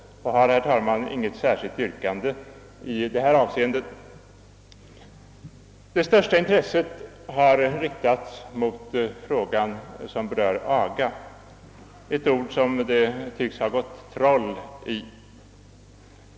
Jag avstår därför från att yrka bifall till motionerna. Det största intresset har riktats mot frågan om aga — ett ord som det tycks ha gått troll i.